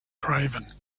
craven